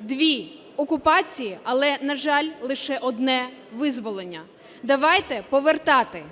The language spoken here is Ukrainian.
дві окупації, але, на жаль, лише одне визволення. Давайте повертати